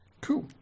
Cool